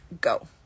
go